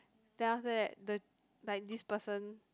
then after that the like this person